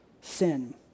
sin